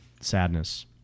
sadness